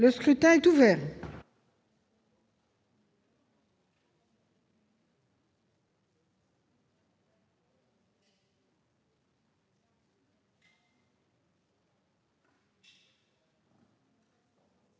Le scrutin est ouvert.